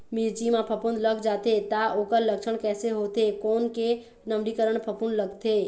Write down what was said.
मिर्ची मा फफूंद लग जाथे ता ओकर लक्षण कैसे होथे, कोन के नवीनीकरण फफूंद लगथे?